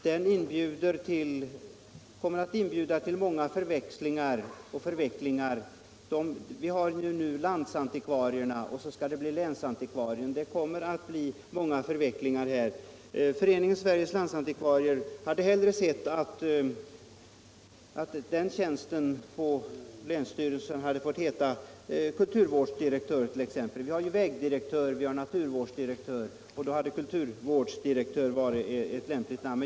Den kommer att inbjuda till många förväxlingar och förvecklingar. Vi har ju nu landsantikvarien, och så skall det bli länsantikvarien. Föreningen Sveriges landsantikvarier hade hellre sett att titeln för tjänstemannen på länsstyrelsen hade fått vara t.ex. kulturvårdsdirektör. Vi har ju redan nu på länsstyrelserna vägdirektör, naturvårdsdirektör och planeringsdirektör och då hade kulturvårdsdirektör varit en lämplig titel.